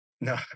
No